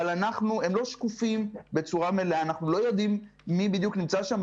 אבל הם לא שקופים בצורה מלאה אנחנו לא יודעים מי בדיוק נמצא שם.